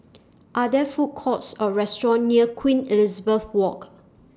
Are There Food Courts Or restaurants near Queen Elizabeth Walk